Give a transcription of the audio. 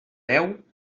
deu